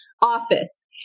office